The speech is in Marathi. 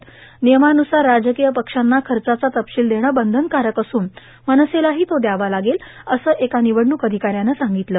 र्मानयमानुसार राजकांय पक्षांना खचाचा तपशील देणं बंधनकारक असून मनसेलाहों तो द्यावा लागेल असं एका ांनवडणूक र्आधकाऱ्यानं सांगितलं